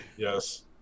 Yes